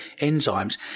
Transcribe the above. enzymes